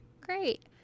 great